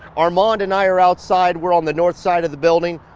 armand and i are outside, we're on the north side of the building.